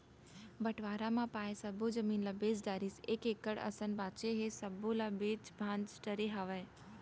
बंटवारा म पाए सब्बे जमीन ल बेच डारिस एक एकड़ असन बांचे हे सब्बो ल बेंच भांज डरे हवय